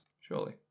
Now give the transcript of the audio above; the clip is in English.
surely